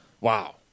Wow